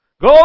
Go